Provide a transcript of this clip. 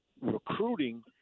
recruiting